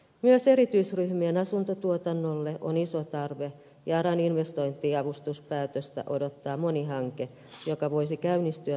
myös erityisryhmien asuntotuotannolle on iso tarve ja aran investointiavustuspäätöstä odottaa moni hanke joka voisi käynnistyä nopeastikin